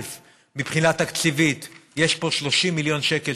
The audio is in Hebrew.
מבחינה תקציבית יש פה 30 מיליון שקל,